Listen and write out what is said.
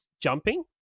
jumping